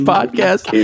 Podcast